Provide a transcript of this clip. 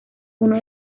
uno